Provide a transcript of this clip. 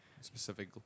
specific